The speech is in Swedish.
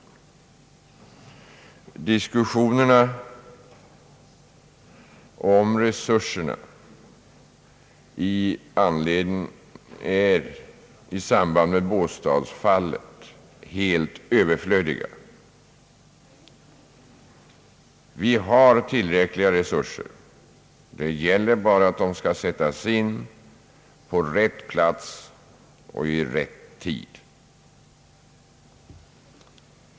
En diskussion om resurserna är i samband med båstadsfallet helt överflödig. Vi har tillräckliga resurser. Det gäller bara att de skall sättas in på rätt plats och vid rätt tidpunkt.